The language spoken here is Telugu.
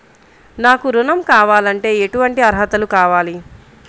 నాకు ఋణం కావాలంటే ఏటువంటి అర్హతలు కావాలి?